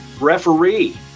REFEREE